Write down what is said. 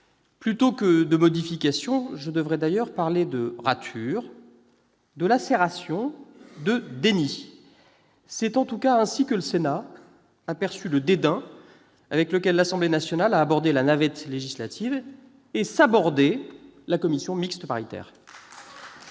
Plutôt que de modifications, je devrais d'ailleurs parler de ratures, de lacérations, de déni ! C'est en tout cas ainsi que le Sénat a perçu le dédain avec lequel l'Assemblée nationale a abordé la navette législative et sabordé la commission mixte paritaire.